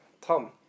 Tom